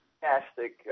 fantastic